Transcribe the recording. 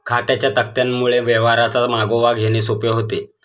खात्यांच्या तक्त्यांमुळे व्यवहारांचा मागोवा घेणे सोपे होते